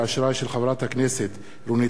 של חברת הכנסת רונית תירוש,